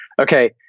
okay